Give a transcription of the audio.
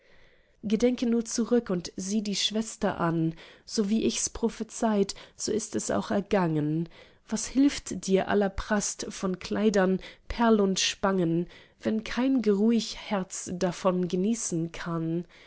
gedenke nur zurück und sieh die schwester an so wie ich's prophezeit so ist es auch ergangen was hilft ihr aller prast von kleidern perl und spangen wenn kein geruhig herz davon genießen kann